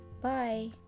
Bye